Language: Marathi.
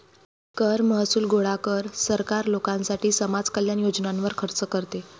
कर महसूल गोळा कर, सरकार लोकांसाठी समाज कल्याण योजनांवर खर्च करते